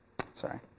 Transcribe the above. Sorry